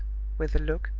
with a look,